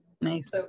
Nice